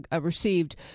received